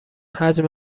حجم